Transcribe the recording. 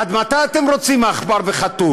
עד מתי אתם רוצים חתול ועכבר?